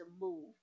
move